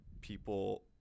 people